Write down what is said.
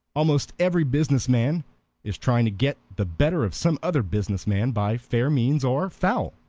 almost every businessman is trying to get the better of some other business man by fair means or foul.